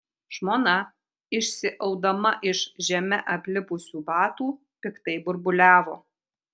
žmona išsiaudama iš žeme aplipusių batų piktai burbuliavo